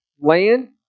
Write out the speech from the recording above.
land